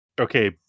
Okay